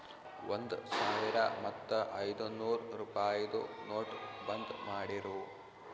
ಒಂದ್ ಸಾವಿರ ಮತ್ತ ಐಯ್ದನೂರ್ ರುಪಾಯಿದು ನೋಟ್ ಬಂದ್ ಮಾಡಿರೂ